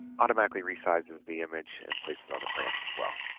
automatically resizes the image and places on the branch as well